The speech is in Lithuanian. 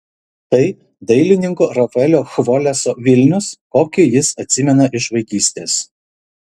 tai dailininko rafaelio chvoleso vilnius kokį jis atsimena iš vaikystės